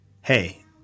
hey